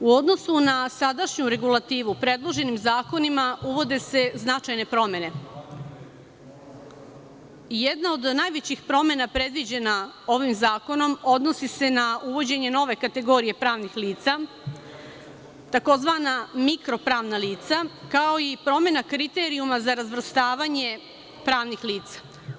U odnosu na sadašnju regulativu, predloženim zakonima uvode se značajne promene i jedna od najvećih promena predviđena ovim zakonom, odnosi se na uvođenje nove kategorije pravnih lica, tzv. "mikro pravna lica", kao i promena kriterijuma za razvrstavanje pravnih lica.